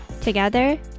Together